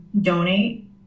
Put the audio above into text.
donate